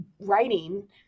writing